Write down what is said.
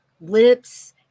lips